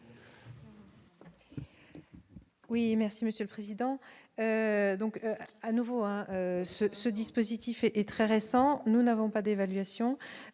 Oui, merci Monsieur le Président, donc à nouveau ce ce dispositif et est très récent, nous n'avons pas d'évaluation,